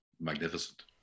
magnificent